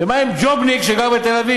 ומה עם ג'ובניק שגר בתל-אביב?